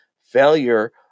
failure